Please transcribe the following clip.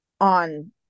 on